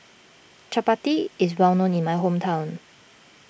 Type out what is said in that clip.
Chapati is well known in my hometown